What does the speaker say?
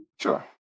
Sure